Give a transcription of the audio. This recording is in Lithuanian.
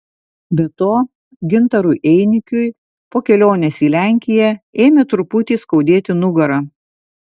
be to gintarui einikiui po kelionės į lenkiją ėmė truputį skaudėti nugarą